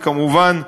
וכמובן,